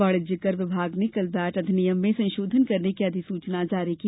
वाणिज्यिकर विभाग ने कल वेट अधिनियम में संशोधन करने की अधिसूचना जारी की